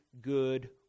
good